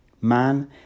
Man